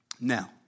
Now